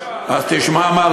אז תשמע מה,